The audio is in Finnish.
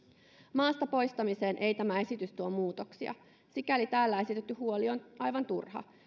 maasta poistamiseen ei tämä esitys tuo muutoksia sikäli täällä esitetty huoli on aivan turha